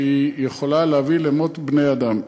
שהיא יכולה להביא למות בני-אדם.